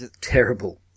terrible